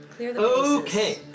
Okay